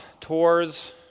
Tours